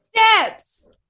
Steps